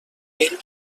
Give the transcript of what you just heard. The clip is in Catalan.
pell